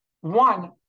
one